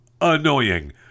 annoying